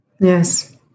Yes